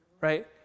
right